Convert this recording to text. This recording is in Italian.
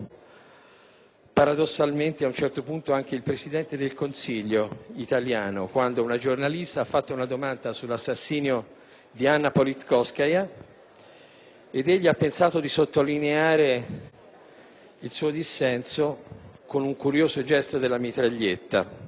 paradossalmente ad un certo punto anche il Presidente del Consiglio italiano, quando una giornalista ha fatto una domanda sull'assassinio di Anna Politkovskaja ed egli ha pensato di sottolineare il suo dissenso con un curioso gesto della mitraglietta.